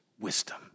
wisdom